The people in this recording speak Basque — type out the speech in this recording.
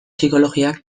psikologiak